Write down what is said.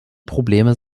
probleme